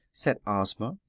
said ozma,